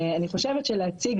לשנה.